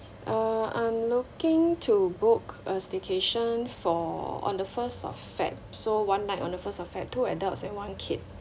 uh I'm looking to book a staycation for on the first of feb so one night on the first of feb two adults and one kid